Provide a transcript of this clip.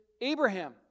Abraham